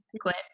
quit